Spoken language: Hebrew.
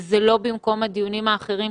זה לא במקום הדיונים האחרים,